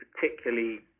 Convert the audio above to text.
particularly